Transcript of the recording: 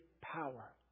power